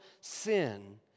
sin